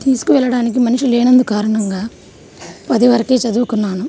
తీసుకు వెళ్ళడానికి మనిషి లేనందున కారణంగా పది వరికే చదవుకున్నాను